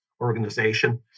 organization